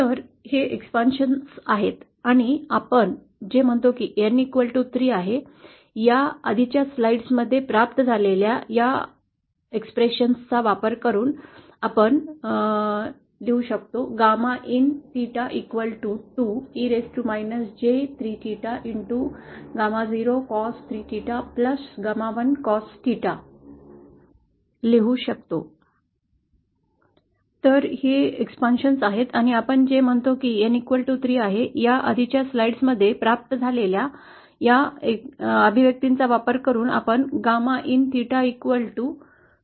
तर हे विस्तार आहेत आणि आपण जे म्हणतो ते N 3 आहे या आधीच्या स्लाइडमध्ये प्राप्त झालेल्या या अभिव्यक्तींचा वापर करून आपण γ in 2